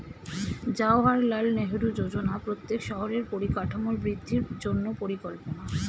জাওহারলাল নেহেরু যোজনা প্রত্যেক শহরের পরিকাঠামোর বৃদ্ধির জন্য পরিকল্পনা